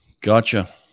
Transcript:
Gotcha